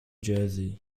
jersey